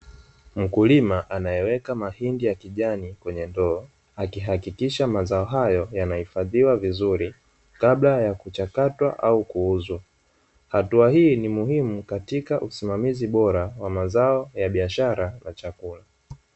Mkulima anayaweka mahindi ya kijani kwenye ndoo akihakikisha mazao hayo yanaifadhiwa vizuri kabla ya kuchakatwa au kuuzwa hatua hii ni muhimu katika usimamizi bora wa mazao ya biashara na chakula.